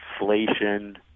inflation